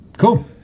Cool